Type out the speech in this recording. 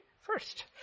first